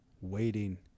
Waiting